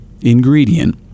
ingredient